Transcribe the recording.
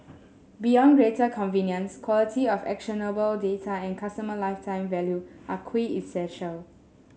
beyond greater convenience quality of actionable data and customer lifetime value are quintessential